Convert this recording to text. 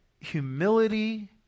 humility